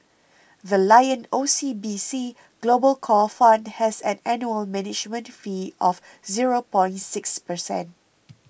the Lion O C B C Global Core Fund has an annual management fee of zero point six percent